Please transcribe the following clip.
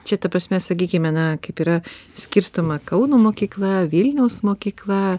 šita ta prasme sakykime na kaip yra skirstoma kauno mokykla vilniaus mokykla